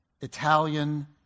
Italian